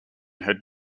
had